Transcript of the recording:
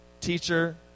teacher